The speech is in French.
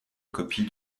copie